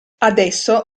adesso